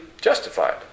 justified